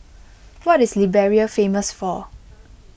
what is Liberia famous for